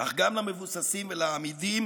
אך גם למבוססים ולאמידים